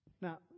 Now